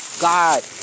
God